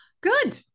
Good